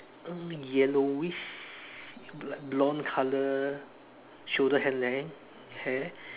uh yellowish blonde colour shoulder hair length hair